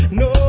no